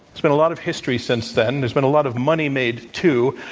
there's been a lot of history since then. there's been a lot of money made, too,